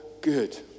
good